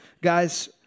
Guys